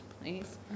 please